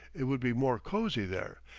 it would be more cosy there,